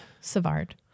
Savard